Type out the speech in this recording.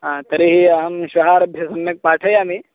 आ तर्हि अहं श्वहारभ्य सम्यक् पाठयामि